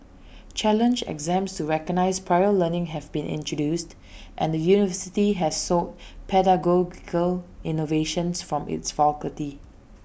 challenge exams to recognise prior learning have been introduced and the university has sought pedagogical innovations from its faculty